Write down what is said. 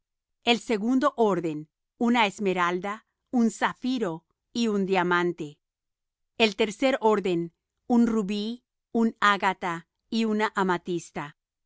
el segundo orden una esmeralda un zafiro y un diamante el tercer orden un rubí un ágata y una amatista